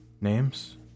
names